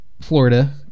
Florida